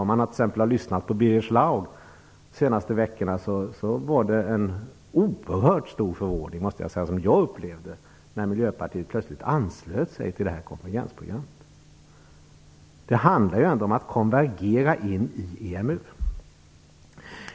Efter att ha lyssnat på Birger Schlaug under de senaste veckorna måste jag säga att jag upplevde en oerhört stor förvåning över att Miljöpartiet helt plötsligt anslöt sig till konvergensprogrammet. Det handlar ju ändå om att konvergera in i EMU.